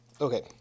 Okay